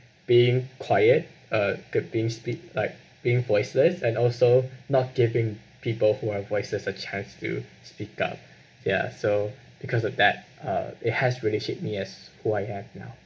being quiet uh could being speak like being voiceless and also not giving people who are voiceless a chance to speak up ya so because of that uh it has really hit me as who I am now